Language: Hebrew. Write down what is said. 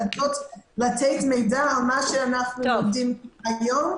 ולתת מידע על מה שאנחנו לומדים היום,